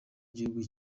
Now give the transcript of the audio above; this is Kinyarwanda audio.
gihugu